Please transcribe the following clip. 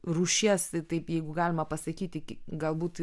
rūšies taip jeigu galima pasakyti galbūt